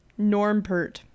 Normpert